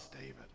David